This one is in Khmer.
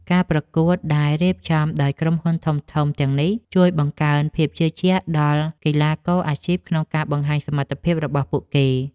ការប្រកួតដែលរៀបចំដោយក្រុមហ៊ុនធំៗទាំងនេះ ជួយបង្កើនភាពជឿជាក់ដល់កីឡាករអាជីពក្នុងការបង្ហាញសមត្ថភាពរបស់ពួកគេ។